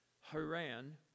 Haran